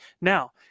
Now